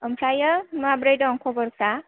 ओमफ्राय माबोरै दं खबरफ्रा